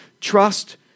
trust